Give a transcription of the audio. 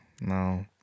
no